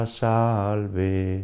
salve